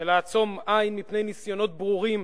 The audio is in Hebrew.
ולעצום עין מפני ניסיונות ברורים